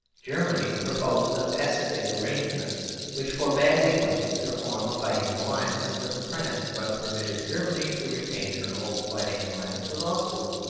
germany proposed a pacific arrangement which forbade england to form a fighting alliance with france, but permitted germany to retain her old fighting alliance with austria.